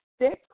six